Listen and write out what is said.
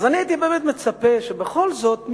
אז אני הייתי באמת מצפה שבכל זאת,